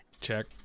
check